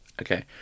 Okay